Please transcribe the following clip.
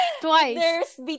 twice